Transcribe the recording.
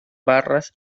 barras